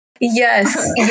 Yes